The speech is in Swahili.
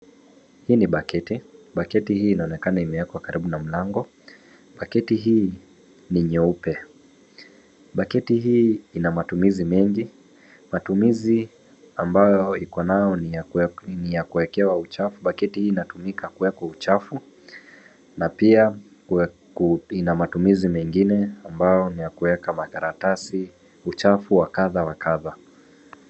Hii ni baketi. Baketi hii inaonekana imewekwa karibu na mlango. Baketi hii ni nyeupe. Baketi hii ina matumizi mengi. Matumizi ambayo iko nayo ni ya kuwekewa uchafu. Baketi hii inatumika kuweka uchafu. Na pia ina matumizi mengine ambayo ni ya kuweka makaratasi, uchafu wa kadha wa kadha.